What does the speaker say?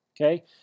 Okay